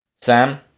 Sam